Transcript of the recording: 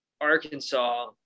Arkansas